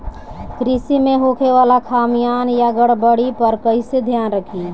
कृषि में होखे वाला खामियन या गड़बड़ी पर कइसे ध्यान रखि?